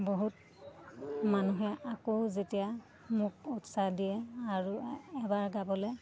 বহুত মানুহে আকৌ যেতিয়া মোক উৎসাহ দিয়ে আৰু এবাৰ গাবলৈ